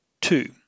Two